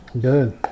good